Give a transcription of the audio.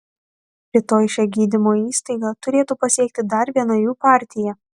rytoj šią gydymo įstaigą turėtų pasiekti dar viena jų partija